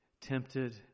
tempted